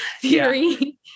theory